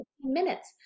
minutes